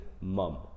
mum